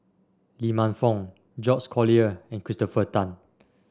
Lee Man Fong Georges Collyer and Christopher Tan